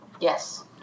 Yes